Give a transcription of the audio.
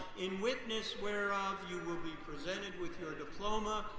in witness whereof, you will be presented with your diploma,